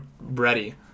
ready